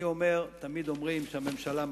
תמיד אומרים, הממשלה מכתיבה,